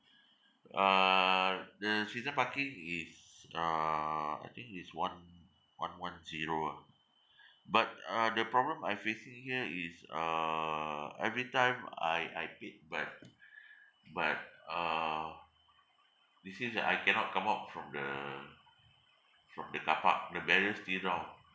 uh the season parking is uh I think is one one one zero ah but uh the problem I facing here is uh every time I I beep but but uh it seems that I cannot come out from the from the car park the barriers didn't run